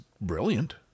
brilliant